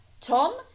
Tom